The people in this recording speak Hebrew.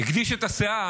הגדיש את הסאה,